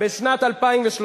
בשנת 2013,